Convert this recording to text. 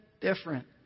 different